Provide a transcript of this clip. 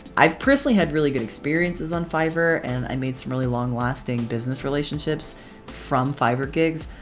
i've personally had really good experiences on fiverr and i made some really long lasting business relationships from fiverr gigs.